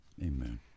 amen